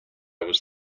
was